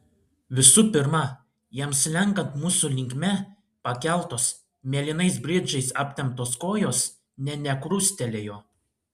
visų pirma jam slenkant mūsų linkme pakeltos mėlynais bridžais aptemptos kojos ne nekrustelėjo